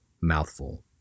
mouthful